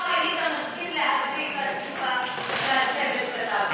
היית רואה לא היית מסכים להקריא את התשובה שהצוות כתב לך,